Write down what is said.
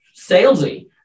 salesy